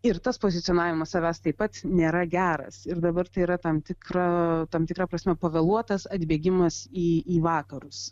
ir tas pozicionavimas savęs taip pat nėra geras ir dabar tai yra tam tikra tam tikra prasme pavėluotas atbaigimas į į vakarus